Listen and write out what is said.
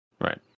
Right